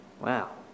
Wow